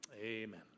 Amen